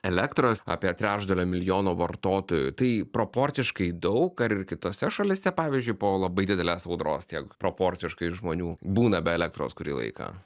elektros apie trečdalio milijono vartotojų tai proporciškai daug ar ir kitose šalyse pavyzdžiui po labai didelės audros tiek proporciškai žmonių būna be elektros kurį laiką